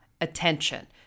attention